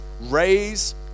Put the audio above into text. raise